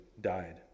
died